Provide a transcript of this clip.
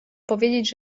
powiedzieć